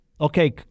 okay